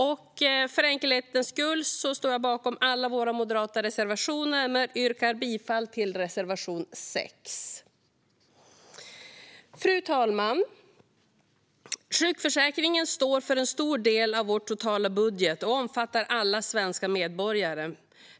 Jag står bakom alla Moderaternas reservationer, men för enkelhetens skull yrkar jag bifall endast till reservation 6. Fru talman! Sjukförsäkringen står för en stor del av vår totala budget och omfattar alla svenska medborgare.